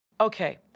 Okay